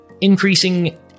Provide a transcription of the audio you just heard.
increasing